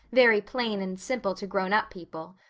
very plain and simple to grown up people.